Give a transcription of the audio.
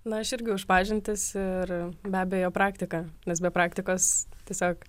na aš irgi už pažintis ir be abejo praktiką nes be praktikos tiesiog